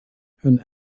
hun